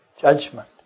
judgment